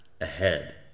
ahead